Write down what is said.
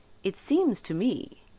it seems to me,